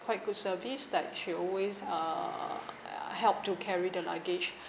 quite good service that he always uh help to carry the luggage